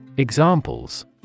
Examples